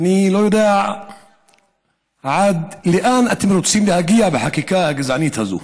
אני לא יודע עד לאן אתם רוצים להגיע בחקיקה הגזענית הזאת.